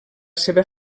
seva